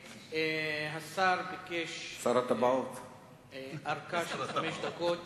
השר ביקש ארכה של חמש דקות